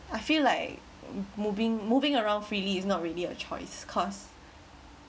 I feel like m~ moving moving around freely is not really a choice cause